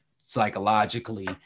psychologically